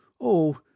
Oh